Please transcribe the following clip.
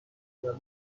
گندم